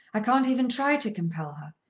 i can't even try to compel her.